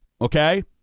Okay